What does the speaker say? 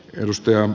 edustaja